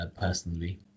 personally